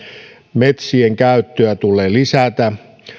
metsien käyttöä tulee lisätä